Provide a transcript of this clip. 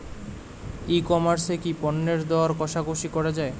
ই commerce এ কি পণ্যের দর কশাকশি করা য়ায়?